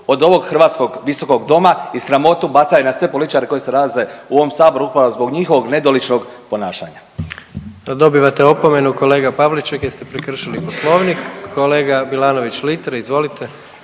od ovog hrvatskog visokog doma i sramotu bacaju na sve političare koji se nalaze u ovom Saboru upravo zbog njihovog nedoličnog ponašanja. **Jandroković, Gordan (HDZ)** Dobivate opomenu kolega Pavliček jer ste prekršili poslovnik. Kolega Milanović Litre izvolite.